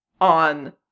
on